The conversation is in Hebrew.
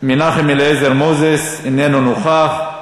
מנחם אליעזר מוזס, איננו נוכח,